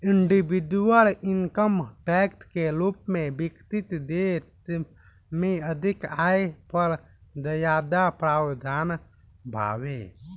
individual income tax के रूप में विकसित देश में अधिक आय पर ज्यादा प्रावधान बावे